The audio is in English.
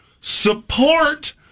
support